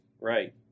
right